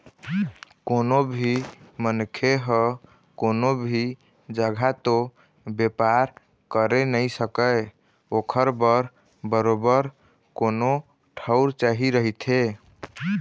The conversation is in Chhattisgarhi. कोनो भी मनखे ह कोनो भी जघा तो बेपार करे नइ सकय ओखर बर बरोबर कोनो ठउर चाही रहिथे